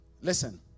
Listen